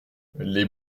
les